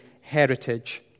heritage